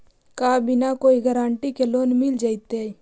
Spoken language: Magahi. का बिना कोई गारंटी के लोन मिल जीईतै?